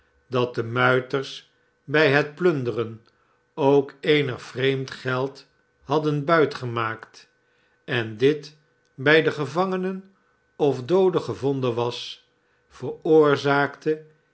dat de muiters bij het plunderen ook eenig vreemd geld hadden buit gemaakt en dit bij de gevangenen of dooden gevonden was veroorzaakte